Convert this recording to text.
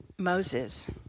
Moses